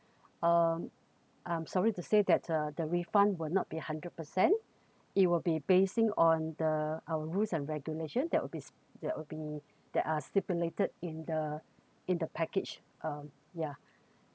um I'm sorry to say that uh the refund will not be hundred percent it will be basing on the our rules and regulations that would be that would be that are stipulated in the in the package uh ya